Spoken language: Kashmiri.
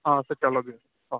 آسا چلو بِہِو اَسلام